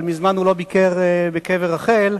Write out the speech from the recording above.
אבל מזמן הוא לא ביקר בקבר רחל,